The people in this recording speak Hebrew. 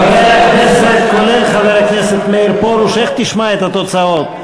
חבר הכנסת פרוש, איך תשמע את התוצאות?